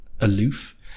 aloof